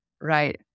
right